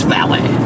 Valley